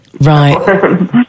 Right